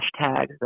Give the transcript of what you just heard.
hashtags